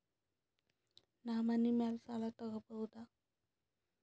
ನಾ ಮನಿ ಮ್ಯಾಲಿನ ಸಾಲ ತಗೋಬಹುದಾ?